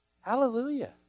Hallelujah